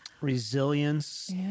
resilience